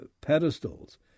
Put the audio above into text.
pedestals